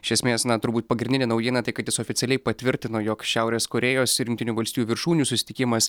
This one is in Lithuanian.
iš esmės na turbūt pagrindinė naujiena tai kad jis oficialiai patvirtino jog šiaurės korėjos ir jungtinių valstijų viršūnių susitikimas